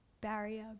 barrier